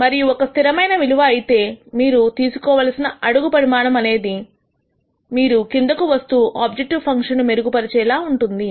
మరియు ఒక స్థిరమైన విలువ అయితే మీరు తీసుకోవలసిన అడుగు పరిమాణం అనేది మీరు కిందకూ వస్తూ ఆబ్జెక్టివ్ ఫంక్షన్ ను మెరుగుపరిచేలా ఉంటుంది